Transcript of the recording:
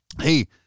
Hey